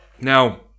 Now